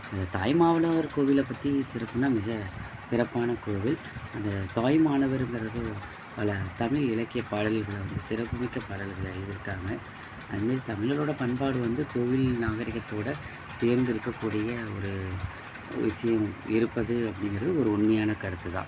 அந்த தாயுமாவனவர் கோவிலைப் பற்றி சிறப்புனா மிக சிறப்பான கோவில் அந்த தாயுமானவர் என்கிறது பல தமிழ் இலக்கியப் பாடல்களை வந்து சிறப்புமிக்க பாடல்களை எழுதிருக்காங்க அது மாரி தமிழரோட பண்பாடு வந்து கோவில் நாகரீகத்தோட சேர்ந்து இருக்கக்கூடிய ஒரு அவசியம் இருப்பது அப்படிங்கிறது ஒரு உண்மையான கருத்து தான்